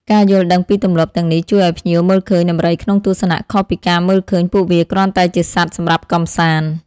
ការយល់ដឹងពីទម្លាប់ទាំងនេះជួយឲ្យភ្ញៀវមើលឃើញដំរីក្នុងទស្សនៈខុសពីការមើលឃើញពួកវាគ្រាន់តែជាសត្វសម្រាប់កម្សាន្ត។